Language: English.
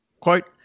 Quote